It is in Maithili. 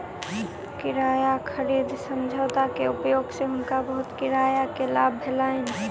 किराया खरीद समझौता के उपयोग सँ हुनका बहुत किराया के लाभ भेलैन